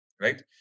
right